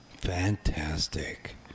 fantastic